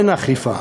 אין אכיפה.